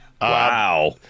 Wow